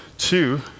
Two